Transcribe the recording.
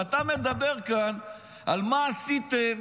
כשאתה מדבר כאן על "מה עשיתם",